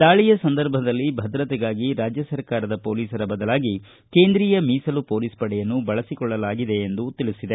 ದಾಳಿಯ ಸಂದರ್ಭದಲ್ಲಿ ಭದ್ರತೆಗಾಗಿ ರಾಜ್ಯ ಸರ್ಕಾರದ ಮೊಲೀಸರ ಬದಲಾಗಿ ಕೇಂದ್ರೀಯ ಮೀಸಲು ಮೊಲೀಸ್ ಪಡೆಯನ್ನು ಬಳಸಿಕೊಳ್ಳಲಾಗಿದೆ ಎಂದು ತಿಳಿಸಿದೆ